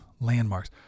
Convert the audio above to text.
landmarks